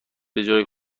بجای